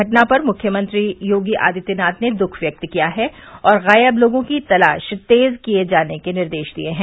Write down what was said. घटना पर मुख्यमंत्री योगी आदित्यनाथ ने दुख व्यक्त किया है और गायब लोगों की तलाश तेज किए जाने के निर्देश दिए हैं